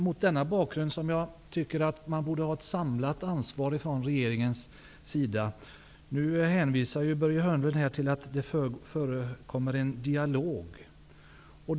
Mot denna bakgrund tycker jag att man borde visa ett samlat ansvar från regeringens sida. Börje Hörnlund hänvisar till den dialog som förekommer.